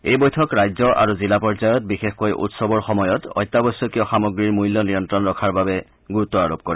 এই বৈঠক ৰাজ্য আৰু জিলা পৰ্যায়ত বিশেষকৈ উৎসৱৰ সময়ত অত্যাৱশ্যকীয় সামগ্ৰীৰ মূল্য নিয়ন্ত্ৰণত ৰখাৰ বাবে গুৰুত্ আৰোপ কৰে